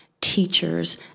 teachers